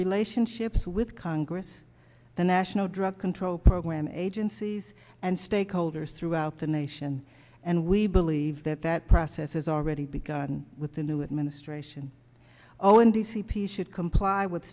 relationships with congress the national drug control program agencies and stakeholders throughout the nation and we believe that that process has already begun with the new administration all in the c p should comply with